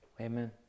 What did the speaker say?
Amen